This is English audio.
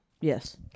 Yes